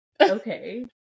okay